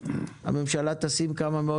הממשלה תשים כמה מאות